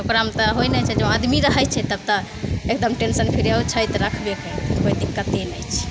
ओकरामे तऽ होइ नहि छै जँ आदमी रहै छै तब तऽ एकदम टेन्शन फ्री ओ छै तऽ राखबे करतै कोइ दिक्कते नहि छै